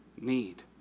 need